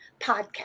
podcast